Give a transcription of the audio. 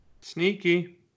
Sneaky